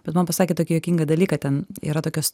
bet man pasakė tokį juokingą dalyką ten yra tokios